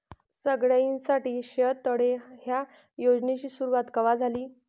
सगळ्याइसाठी शेततळे ह्या योजनेची सुरुवात कवा झाली?